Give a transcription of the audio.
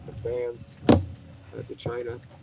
ah france to china.